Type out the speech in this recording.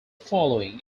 following